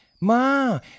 Ma